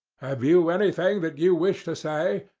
have you anything that you wish to say?